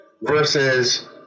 versus